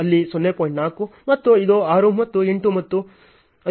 4 ಮತ್ತು ಇದು 6 ಮತ್ತು 8 ಮತ್ತು ಇದು ನನ್ನ 6 ಮತ್ತು 11 ಹಿಂದಕ್ಕೆ ಕೆಲಸ ಮಾಡುತ್ತದೆ